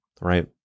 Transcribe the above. right